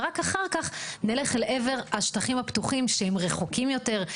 ורק אחר כך נלך אל עבר השטחים הפתוחים שהם רחוקים יותר,